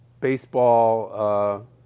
baseball